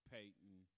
Peyton